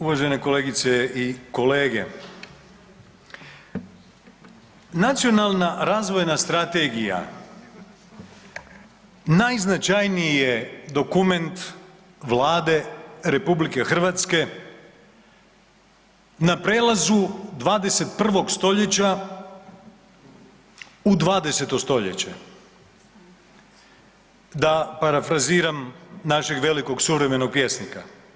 Uvažene kolegice i kolege, nacionalna razvojna strategija najznačajniji je dokument Vlade RH na prelazu 21. stoljeća u 20.-to stoljeće da parafraziram našeg velikog suvremenog pjesnika.